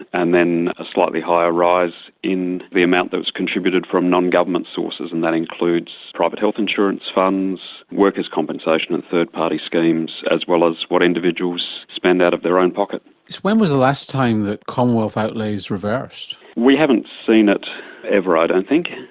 and then a slightly higher rise in the amount that's contributed from non-government sources, and that includes private health insurance funds, workers compensation and third-party schemes, as well as what individuals spend out of their own pocket. so when was the last time that commonwealth outlays reversed? we haven't seen it ever, i don't think.